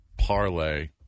parlay